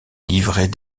livrets